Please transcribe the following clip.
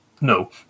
no